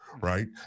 right